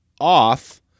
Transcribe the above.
off